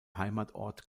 heimatort